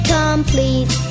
complete